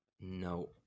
No